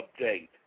update